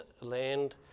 land